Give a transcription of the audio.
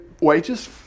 wages